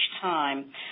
time